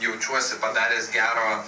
jaučiuosi padaręs gero